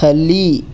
ಹಲ್ಲಿ